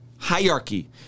Hierarchy